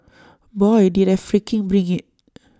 boy did I freaking bring IT